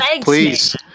please